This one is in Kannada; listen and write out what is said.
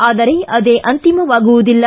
ಆದರೆ ಅದೇ ಅಂತಿಮವಾಗುವುದಿಲ್ಲ